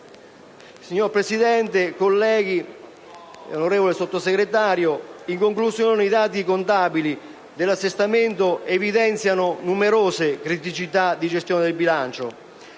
Signora Presidente, colleghi, onorevole Sottosegretario, in conclusione i dati contabili dell'assestamento evidenziano numerose criticità di gestione del bilancio.